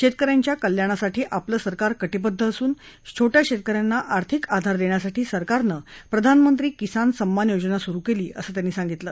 शेतक यांच्या कल्याणासाठी आपलं सरकार कटिबद्ध असून छोट्या शेतक यांना आर्थिक आधार देण्यासाठी सरकारनं प्रधानमंत्री किसान सम्मान योजना सुरु केली असं त्यांनी सांगितलं